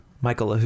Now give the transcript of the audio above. Michael